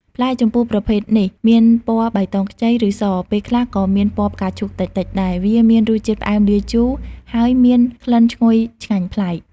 ផ្លែជម្ពូប្រភេទនេះមានពណ៌បៃតងខ្ចី ឬ ស ពេលខ្លះក៏មានពណ៌ផ្កាឈូកតិចៗដែរ វាមានរសជាតិផ្អែមលាយជូរ ហើយមានក្លិនឈ្ងុយឆ្ងាញ់ប្លែក។